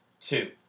two